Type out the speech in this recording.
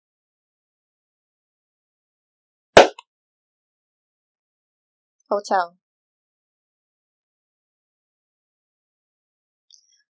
hotel